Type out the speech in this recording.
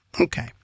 Okay